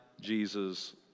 Jesus